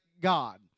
God